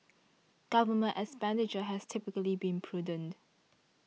government expenditure has typically been prudent